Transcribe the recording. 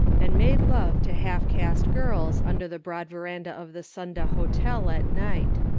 and made love to half-caste girls under the broad verandah of the sunda hotel at night.